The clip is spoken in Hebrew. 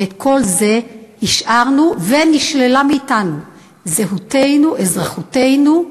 ואת כל זה השארנו, ונשללה מאתנו זהותנו, אזרחותנו,